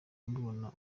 mubona